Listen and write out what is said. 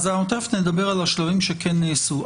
אנחנו תיכף נדבר על השלבים שכן נעשו.